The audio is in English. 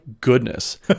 goodness